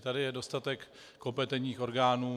Tady je dostatek kompetentních orgánů.